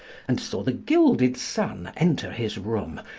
and saw the gilded sun enter his room,